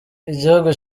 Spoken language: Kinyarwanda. igihugu